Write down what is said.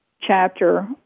chapter